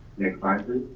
next slide, please.